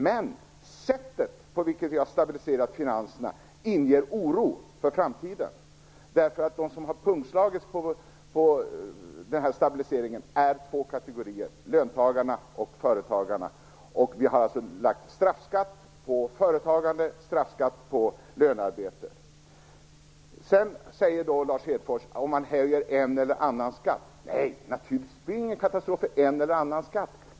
Men sättet på vilket vi har stabiliserat finanserna inger oro för framtiden. De som har pungslagits på den här stabiliseringen är två kategorier - löntagarna och företagarna. Vi har alltså lagt straffskatt på företagande och straffskatt på lönearbete. Nej, naturligtvis är det ingen katastrof, som Lars Hedfors säger, om man höjer en eller annan skatt.